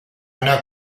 anar